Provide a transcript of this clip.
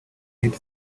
hit